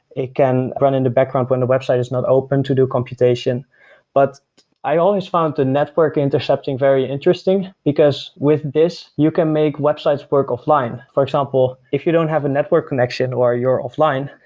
it can run in the background when the website is not open to do computation but i always found the network intercepting very interesting, because with this you can make websites work offline. for example, if you don't have a network connection or you're offline,